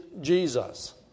Jesus